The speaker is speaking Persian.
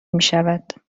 میشود